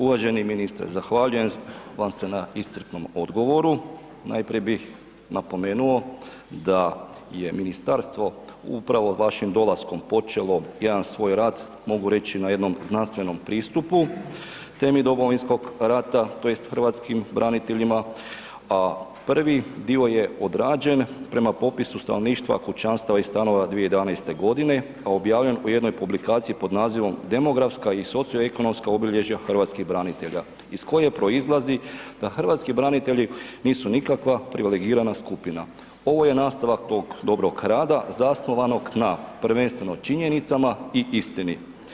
Uvaženi ministre, zahvaljujem vam se na iscrpnom odgovoru, najprije bih napomenuo da je ministarstvo upravo vašim dolaskom počelo jedan svoj rad, mogu reći na jednom znanstvenom pristupu, temi domovinskog rata tj. hrvatskim braniteljima, a prvi dio je odrađen prema popisu stanovništva, kućanstava i stanova 2011.g., a objavljen u jednom publikaciji pod nazivom „Demografska i socioekonomska obilježja hrvatskih branitelja“ iz koje proizlazi da hrvatski branitelji nisu nikakva privilegirana skupina, ovo je nastavak tog dobrog rada zasnovanog na prvenstveno činjenicama i istini.